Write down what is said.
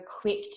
quick